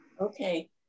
Okay